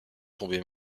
tomber